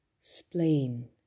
spleen